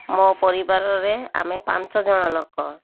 ମୋ ପରିବାରରେ ଆମେ ପାଞ୍ଚ ଜଣ ଲୋକ